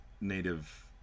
native